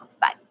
Bye